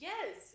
Yes